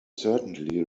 certainly